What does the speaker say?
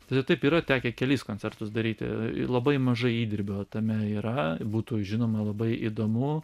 tai taip yra tekę kelis koncertus daryti labai mažai įdirbio tame yra būtų žinoma labai įdomu